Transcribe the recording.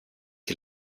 die